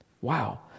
Wow